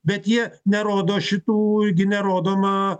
bet jie nerodo šitų gi nerodoma